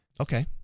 Okay